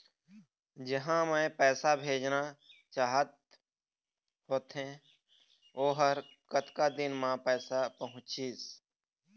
जहां मैं पैसा भेजना चाहत होथे ओहर कतका दिन मा पैसा पहुंचिस?